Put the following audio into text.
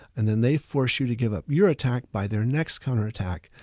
and then they force you to give up your attack by their next counter attack.